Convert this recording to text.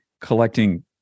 collecting